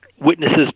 witnesses